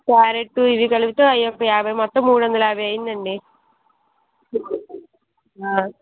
carrot ఇవీ కలిపితే అవి ఒక యాభై మొత్తం మూడు వందల యాభై అయ్యిందండి